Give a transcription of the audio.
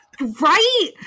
Right